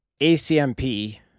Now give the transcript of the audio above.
ACMP